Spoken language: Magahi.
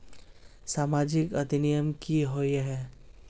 सामाजिक अधिनियम की होय है?